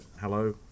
hello